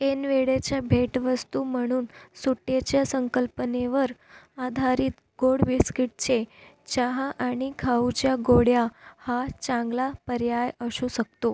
ऐनवेळेच्या भेटवस्तू म्हणून सुट्टीच्या संकल्पनेवर आधारित गोड बिस्किटाचे चहा आणि खाऊच्या गोळ्या हा चांगला पर्याय असू शकतो